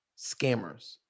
scammers